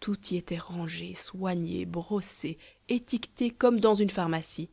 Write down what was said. tout y était rangé soigné brossé étiqueté comme dans une pharmacie